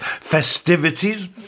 festivities